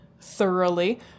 thoroughly